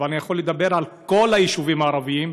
אבל אני יכול לדבר על כל היישובים הערביים,